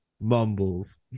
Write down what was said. mumbles